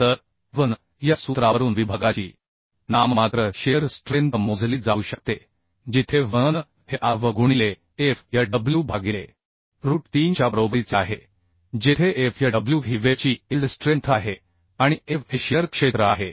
तर v n या सूत्रावरून विभागाची नाममात्र शिअर स्ट्रेंथ मोजली जाऊ शकते जिथे v n हे a v गुणिले f y डब्ल्यू भागिलेरूट 3 च्या बरोबरीचे आहे जेथे f y डब्ल्यू ही वेव्ह ची इल्ड स्ट्रेंथ आहे आणि a v हे शिअर क्षेत्र आहे